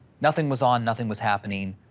nothing was on, nothing was happening.